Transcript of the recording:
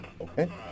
Okay